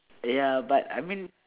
ya but I mean